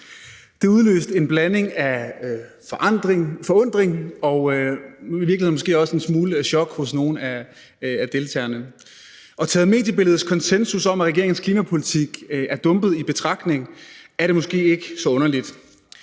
Det udløste en blanding af forundring og i virkeligheden måske også en smule chok hos nogle af deltagerne. Og tager man mediebilledets konsensus om, at regeringens klimapolitik er dumpet, i betragtning, er det måske ikke så underligt.